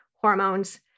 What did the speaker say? hormones